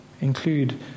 include